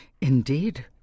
Indeed